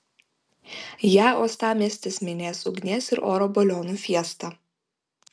ją uostamiestis minės ugnies ir oro balionų fiesta